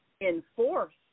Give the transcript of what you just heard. enforce